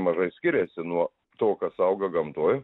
mažai skiriasi nuo to kas auga gamtoj